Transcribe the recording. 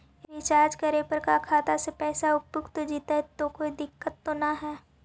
Recharge करे पर का खाता से पैसा उपयुक्त जितै तो कोई दिक्कत तो ना है?